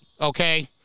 okay